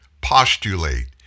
postulate